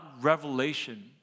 revelation